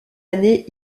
année